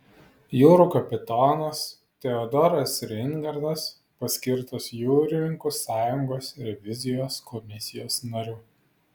jūrų kapitonas teodoras reingardas paskirtas jūrininkų sąjungos revizijos komisijos nariu